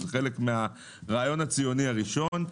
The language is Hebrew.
זה חלק מן הרעיון הציוני הראשון.